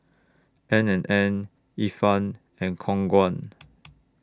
N and N Ifan and Khong Guan